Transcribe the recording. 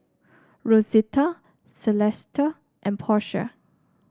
Rosita Celesta and Portia